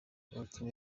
ubukene